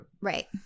Right